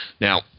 Now